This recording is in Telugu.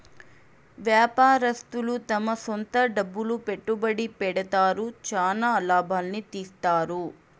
వ్యాపారస్తులు తమ సొంత డబ్బులు పెట్టుబడి పెడతారు, చానా లాభాల్ని తీత్తారు